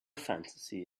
fantasy